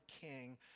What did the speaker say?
king